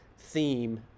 theme